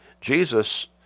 Jesus